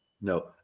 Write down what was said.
No